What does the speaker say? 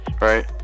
right